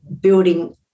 building